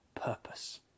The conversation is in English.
purpose